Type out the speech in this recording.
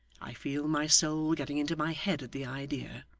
i feel my soul getting into my head at the idea.